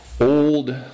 old